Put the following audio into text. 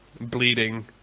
bleeding